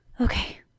Okay